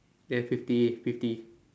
then fifty fifty